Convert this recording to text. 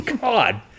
God